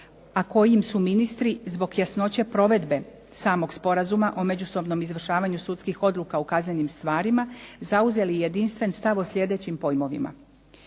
a kojim su ministri zbog jasnoće provedbe samog sporazuma o međusobnom izvršavanju sudskih odluka u kaznenim stvarima zauzeli jedinstven stav o sljedećim pojmovima: